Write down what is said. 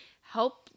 help